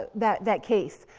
that, that case.